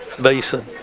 basin